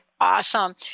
Awesome